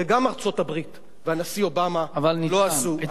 וגם ארצות-הברית והנשיא אובמה לא עשו.